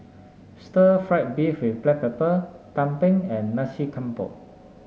Stir Fried Beef with Black Pepper Tumpeng and Nasi Campur